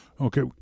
Okay